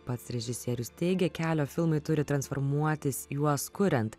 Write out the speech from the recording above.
pats režisierius teigia kelio filmai turi transformuotis juos kuriant